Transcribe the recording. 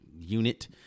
unit